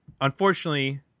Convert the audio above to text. Unfortunately